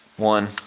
one,